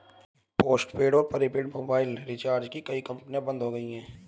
postpaid और prepaid mobile recharge की कई कंपनियां बंद हो गई